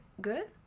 good